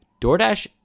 DoorDash